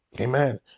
Amen